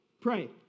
pray